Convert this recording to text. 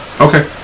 Okay